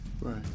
Right